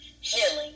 healing